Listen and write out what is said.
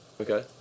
Okay